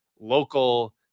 local